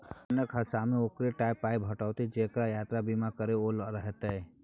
ट्रेनक हादसामे ओकरे टा पाय भेटितै जेकरा यात्रा बीमा कराओल रहितै